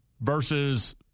versus